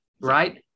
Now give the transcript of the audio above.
Right